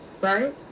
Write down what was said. Right